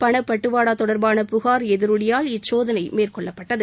பணப்பட்டுவாடா தொடர்பான புகார் எதிரொலியால் இச்சோதனை மேற்கொள்ளப்பட்டது